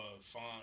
font